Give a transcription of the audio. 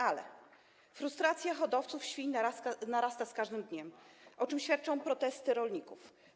Ale frustracja hodowców świń narasta z każdym dniem, o czym świadczą protesty rolników.